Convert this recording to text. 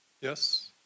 Yes